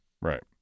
Right